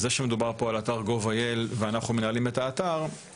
זה שמדובר פה על אתר gov.il ואנחנו מנהלים את האתר,